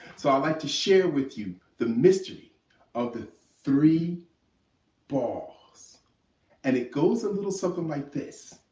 so i'd like to share with you the mystery of the three balls and it goes a little something like this.